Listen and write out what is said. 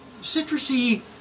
citrusy